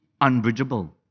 unbridgeable